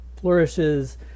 flourishes